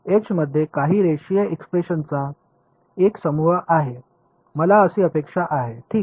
H मध्ये काही रेषीय एक्सप्रेशनचा एक समूह आहे मला अशी अपेक्षा आहे ठीक